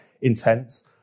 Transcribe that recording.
intense